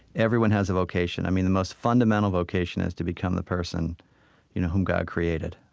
everyone has a vocation. i mean, the most fundamental vocation is to become the person you know whom god created.